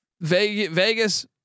Vegas